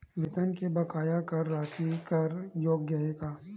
वेतन के बकाया कर राशि कर योग्य हे का?